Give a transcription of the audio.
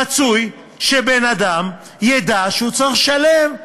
רצוי שבן-אדם ידע שהוא צריך לשלם,